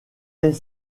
est